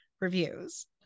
reviews